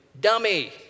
Dummy